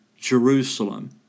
Jerusalem